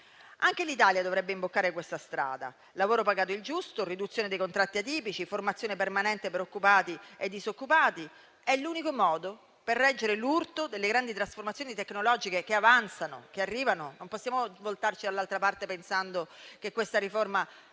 Anche l'Italia dovrebbe imboccare questa strada: lavoro pagato il giusto, riduzione dei contratti atipici, formazione permanente per occupati e disoccupati. È l'unico modo per reggere l'urto delle grandi trasformazioni tecnologiche, che avanzano, che arrivano. Non possiamo voltarci dall'altra parte, pensando che questa riforma